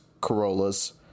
Corollas